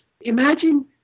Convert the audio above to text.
imagine